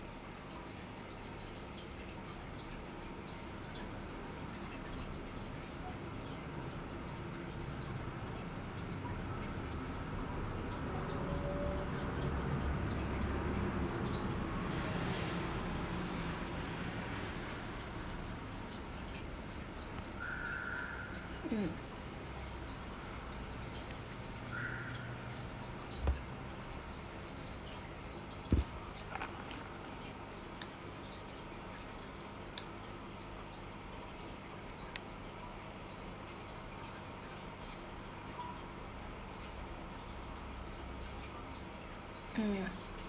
mm mm